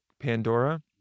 Pandora